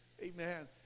Amen